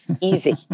Easy